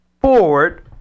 forward